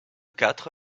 quatre